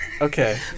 Okay